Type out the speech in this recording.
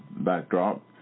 backdrop